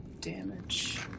damage